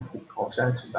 安土桃山时代